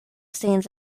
scenes